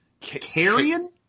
Carrion